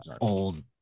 old